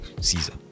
Caesar